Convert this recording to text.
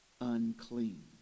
unclean